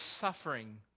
suffering